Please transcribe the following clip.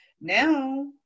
now